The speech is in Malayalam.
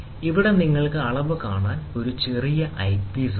ഇവിടെ നിങ്ങൾക്ക് അളവ് കാണാൻ ഒരു ചെറിയ ഐപീസ് ഉണ്ട്